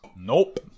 Nope